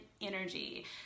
energy